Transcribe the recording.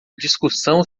discussão